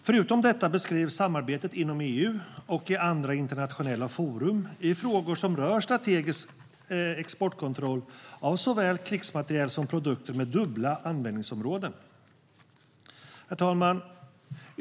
Förutom detta beskrivs samarbetet inom EU och i andra internationella forum i frågor som rör strategisk exportkontroll av såväl krigsmateriel som produkter med dubbla användningsområden. Herr talman!